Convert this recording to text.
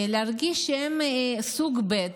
להרגיש שהם סוג ב'